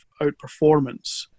outperformance